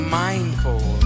mindful